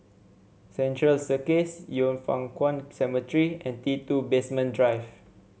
Central Circus Yin Foh Kuan Cemetery and T two Basement Drive